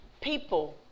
People